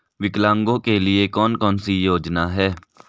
विकलांगों के लिए कौन कौनसी योजना है?